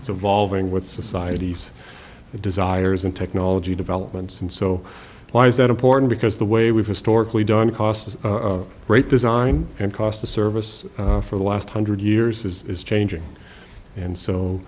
evolving with society's desires and technology developments and so why is that important because the way we've historically done cost is great design and cost the service for the last hundred years is is changing and so